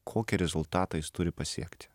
kokį rezultatą jis turi pasiekti